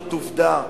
זאת עובדה.